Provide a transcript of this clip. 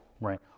right